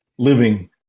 living